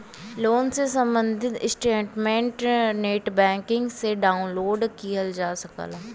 loan से सम्बंधित statement net banking से डाउनलोड किहल जा सकला